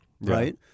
right